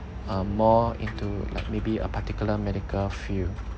um more into like maybe a particular medical field